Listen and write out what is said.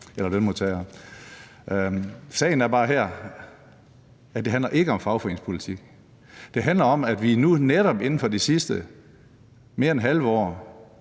Sagen her er bare, at det ikke handler om fagforeningspolitik. Det handler om, at vi nu netop inden for det seneste mere end halve år